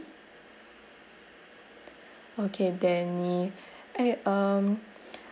okay danny eh um